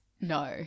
No